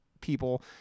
people